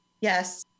Yes